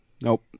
Nope